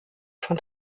von